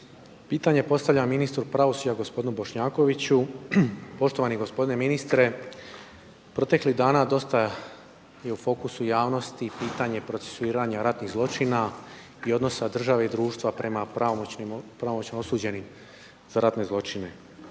Pitanje postavljam ministru pravosuđa gospodinu Bošnjakoviću. Poštovani gospodine ministre, proteklih dana dosta je u fokusu javnosti pitanje procesuiranja ratnih zločina i odnosa države i društva prema pravomoćno osuđenim za ratne zločine.